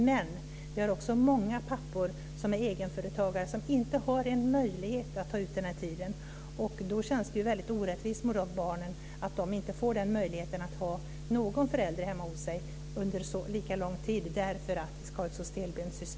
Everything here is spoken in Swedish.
Men vi har också många pappor som är egenföretagare som inte har möjlighet att ta ut den här tiden. Då känns det väldigt orättvist mot dessa barn att de inte får möjlighet att ha någon förälder hos sig under lika lång tid för att vi ska ha ett så stelbent system.